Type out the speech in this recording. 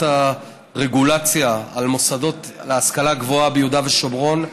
הרגולציה על ההשכלה הגבוהה ביהודה ושומרון.